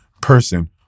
person